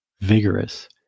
vigorous